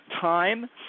time